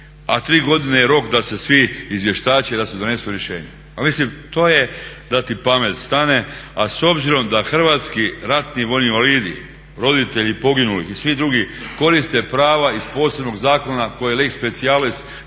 a tri godine je rok da se svi izvještače i da se donesu rješenja. Mislim to je da ti pamet stane, a s obzirom da Hrvatski ratni vojni invalidi, roditelji poginulih i svi drugi koriste prava iz posebnog zakona koji je lex specialis